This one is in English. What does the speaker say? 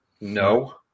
No